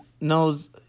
knows